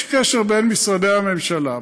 יש קשר בין משרדי הממשלה,